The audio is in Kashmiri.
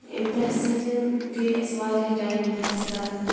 ایٚمہِ پرٛٮ۪س سۭتۍ گٔے اَسہِ واریاہ ٹایم پرٛٮ۪س کَران